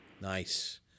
Nice